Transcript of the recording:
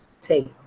take